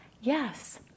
yes